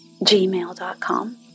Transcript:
gmail.com